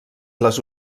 les